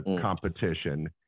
competition